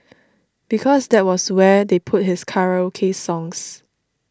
because that was where they put his karaoke songs